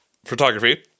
photography